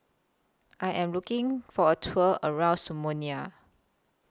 I Am looking For A Tour around Somalia